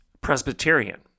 Presbyterian